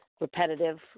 repetitive